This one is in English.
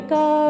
go